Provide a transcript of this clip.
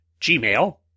Gmail